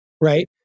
right